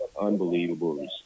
unbelievable